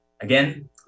Again